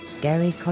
Gary